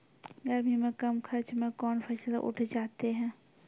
गर्मी मे कम खर्च मे कौन फसल उठ जाते हैं?